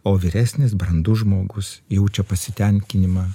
o vyresnis brandus žmogus jaučia pasitenkinimą